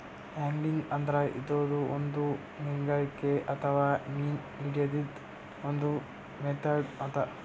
angling ಅಂದ್ರ ಇದೂನು ಒಂದ್ ಮೀನ್ಗಾರಿಕೆ ಅಥವಾ ಮೀನ್ ಹಿಡ್ಯದ್ದ್ ಒಂದ್ ಮೆಥಡ್ ಅದಾ